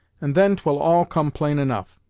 and then twill all come plain enough.